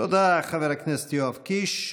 תודה, חבר הכנסת יואב קיש.